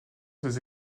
des